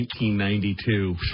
1992